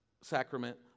sacrament